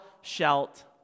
shalt